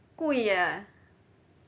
贵 ah